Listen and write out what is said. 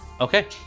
Okay